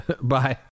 bye